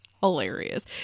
hilarious